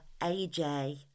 AJ